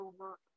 over